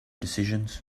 decisions